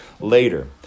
later